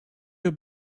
your